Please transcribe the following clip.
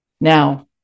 now